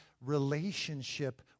relationship